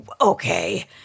Okay